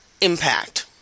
impact